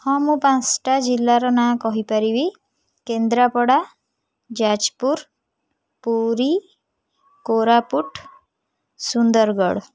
ହଁ ମୁଁ ପାଞ୍ଚଟା ଜିଲ୍ଲାର ନାଁ କହିପାରିବି କେନ୍ଦ୍ରାପଡ଼ା ଯାଜପୁର ପୁରୀ କୋରାପୁଟ ସୁନ୍ଦରଗଡ଼